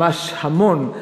ממש המון.